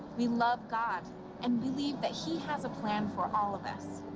we love god and believe that he has a plan for all of us.